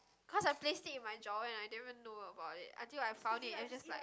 cause I placed it in my drawer and I didn't even know about it until I found it and it just like